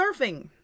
surfing